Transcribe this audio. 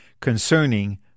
concerning